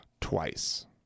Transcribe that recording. twice